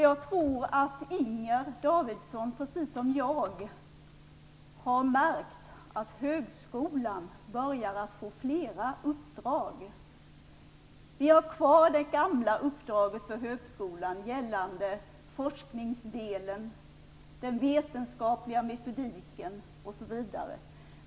Jag tror att Inger Davidson, precis som jag, har märkt att högskolan börjar att få flera uppdrag. Vi har kvar det gamla uppdraget för högskola gällande forskning, den vetenskapliga metodiken osv.